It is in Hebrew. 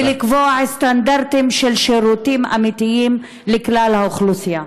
ולקבוע סטנדרטים של שירותים אמיתיים לכלל האוכלוסייה.